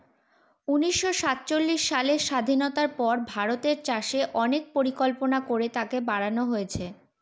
উনিশশো সাতচল্লিশ সালের স্বাধীনতার পর ভারতের চাষে অনেক পরিকল্পনা করে তাকে বাড়নো হয়েছে